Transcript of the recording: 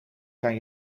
kan